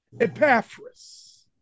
Epaphras